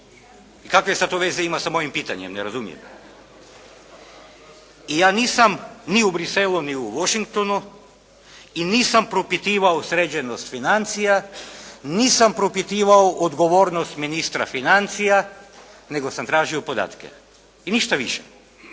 I kakve sada to veze ima sa mojim pitanjem, ne razumijem. I ja nisam niti u Bruxellesu ni u Washingtonu i nisam propitivao sređenost financija, nisam propitivao odgovornost ministra financija nego sam tražio podatke i ništa više.